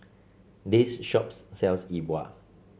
this shop sells Yi Bua